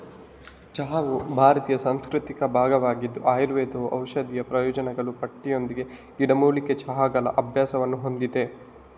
ಚಹಾವು ಭಾರತೀಯ ಸಂಸ್ಕೃತಿಯ ಭಾಗವಾಗಿದ್ದು ಆಯುರ್ವೇದವು ಔಷಧೀಯ ಪ್ರಯೋಜನಗಳ ಪಟ್ಟಿಯೊಂದಿಗೆ ಗಿಡಮೂಲಿಕೆ ಚಹಾಗಳ ಅಭ್ಯಾಸವನ್ನು ಹೊಂದಿದೆ